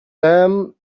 them